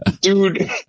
Dude